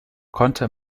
konnte